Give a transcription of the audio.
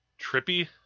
trippy